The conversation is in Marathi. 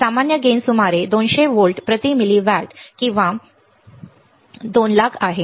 सामान्य लाभ सुमारे 200 व्होल्ट प्रति मिली वॅट किंवा 200000 उजवा आहे